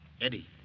Eddie